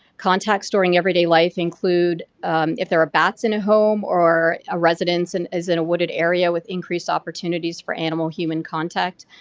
contact storing everyday life include if there are bats in a home or a residence and as in a wooded area with increased opportunities for animal-human contact.